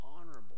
honorable